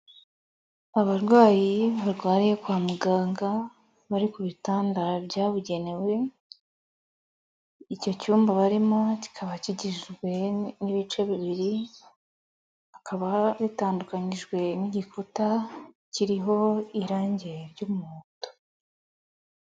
Abarwayi barwariye kwa muganga bari ku bitanda byabugenewe, icyo cyumba barimo kikaba kigizwe n'ibice bibiri, bikaba bitandukanyijwe n'igikuta kiriho irangi ry'umuhondo.